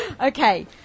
Okay